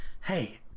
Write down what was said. Hey